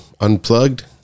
Unplugged